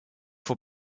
font